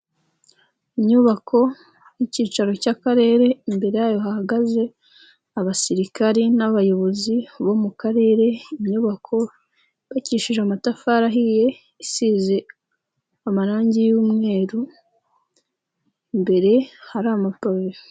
Inyubako y'ikicaro cy'akarere, imbere yayo hahagaze abasirikari n'abayobozi bo mu karere, inyubako yubakishije amatafari ahiye, isize amarangi y'umweru, imbere hari amapave.